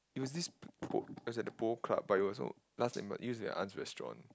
it was this it was at the pole club but it was on last then use in my aunt's restaurant